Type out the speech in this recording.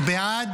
במה הוא מטפל?